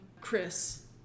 Chris